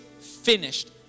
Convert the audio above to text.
finished